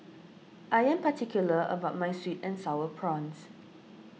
I am particular about my Sweet and Sour Prawns